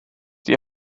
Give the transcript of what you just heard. die